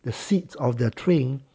the seats of their train